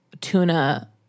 tuna